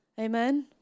Amen